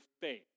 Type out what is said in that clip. faith